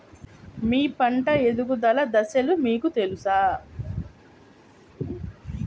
మీ పంట ఎదుగుదల దశలు మీకు తెలుసా?